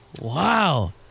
Wow